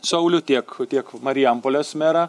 saulių tiek tiek marijampolės merą